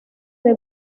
the